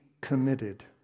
committed